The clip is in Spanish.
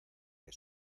que